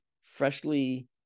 freshly